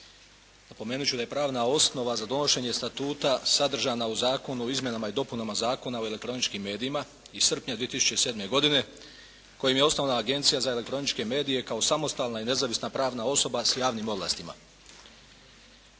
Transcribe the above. Napomenuti ću da je pravna osoba za donošenje Statuta sadržana u Zakonu o izmjenama i dopunama Zakona o elektroničkim medijima iz srpnja 2007. godine kojim je osnovana Agencija za elektroničke medije kao samostalna i nezavisna pravna osoba s javnim ovlastima.